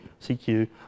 CQ